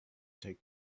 take